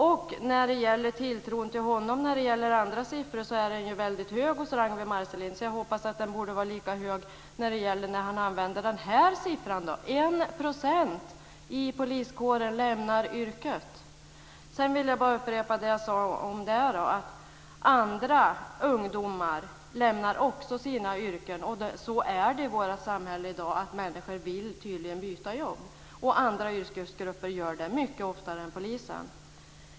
Ragnwi Marcelinds tilltro till honom är ju väldigt hög när det gäller andra siffror, och jag hoppas att den är lika hög när det gäller detta. 1 % av poliskåren lämnar yrket. Jag vill också upprepa att även andra ungdomar lämnar sina yrken. Det är tydligen så i vårt samhälle i dag att många människor vill byta jobb, och man gör det i andra yrkesgrupper mycket oftare än poliserna.